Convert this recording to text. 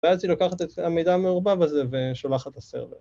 ‫ואז היא לוקחת את המידע המעורבב הזה ‫ושולחת לסרבר.